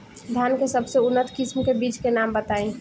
धान के सबसे उन्नत किस्म के बिज के नाम बताई?